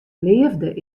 leafde